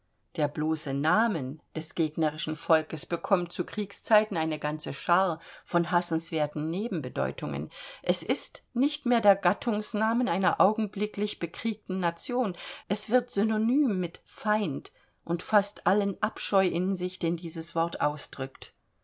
der bloße namen des gegnerischen volkes bekommt zu kriegszeiten eine ganze schar von hassenswerten nebenbedeutungen es ist nicht mehr der gattungsnamen einer augenblicklich bekriegten nation es wird synonym mit feind und faßt allen abscheu in sich den dieses wort ausdrückt